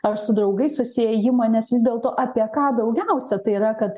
ar su draugais susiėjimą nes vis dėlto apie ką daugiausia tai yra kad